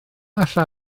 alla